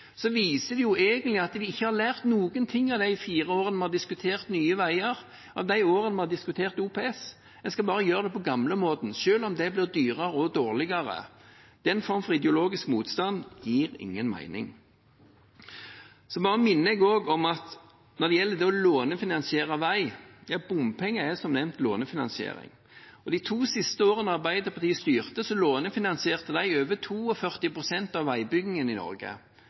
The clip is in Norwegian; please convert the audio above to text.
Så når Arbeiderpartiet her faktisk har et forslag om å gjennomføre dette som et ordinært prosjekt, viser det egentlig at de ikke har lært noen ting av de fire årene vi har diskutert Nye Veier, av de årene vi har diskutert OPS. En skal bare gjøre det på gamlemåten, selv om det blir dyrere og dårligere. Den formen for ideologisk motstand gir ingen mening. Så bare minner jeg om, når det gjelder det å lånefinansiere vei – bompenger er som nevnt lånefinansiering – at de to siste årene Arbeiderpartiet styrte, lånefinansierte de over 42 pst. av veibyggingen i Norge.